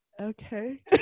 okay